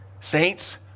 Saints